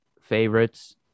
favorites